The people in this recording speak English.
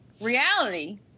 reality